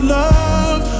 love